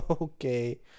okay